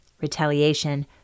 retaliation